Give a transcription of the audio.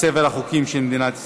לספר החוקים של מדינת ישראל.